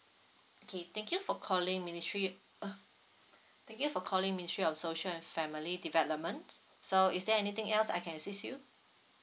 okay thank you for calling ministry ugh thank you for calling ministry of social and family development so is there anything else I can assist you